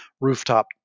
rooftop